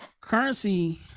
Currency